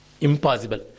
Impossible